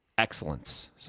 Excellence